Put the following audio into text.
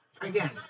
again